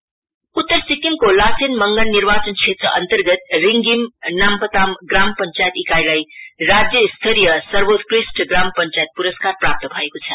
स्वच्छ एवार्ड उत्तर सिक्किमको लाचेन मंगन निर्वाचन क्षेत्रअन्तर्गत रिङधीम नाम्पताम ग्राम पंचायत ईकाईलाई राज्य स्तरीय सर्वोत्कृष्ठ ग्राम पंचायत पुरस्कार प्राप्त भएको छ